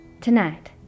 tonight